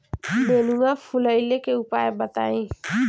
नेनुआ फुलईले के उपाय बताईं?